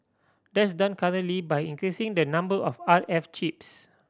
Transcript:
that's done currently by increasing the number of R F chips